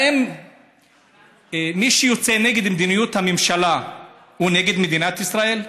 האם מי שיוצא נגד מדיניות הממשלה הוא נגד מדינת ישראל?